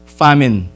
famine